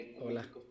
hola